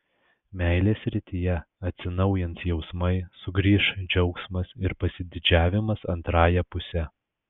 meilės srityje atsinaujins jausmai sugrįš džiaugsmas ir pasididžiavimas antrąja puse